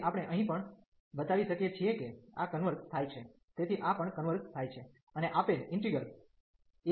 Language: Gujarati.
તેથી આપણે અહીં પણ બતાવી શકીએ છીએ કે આ કન્વર્ઝ થાય છે તેથી આ પણ કન્વર્ઝ થાય છે